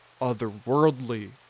otherworldly